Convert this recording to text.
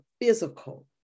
physical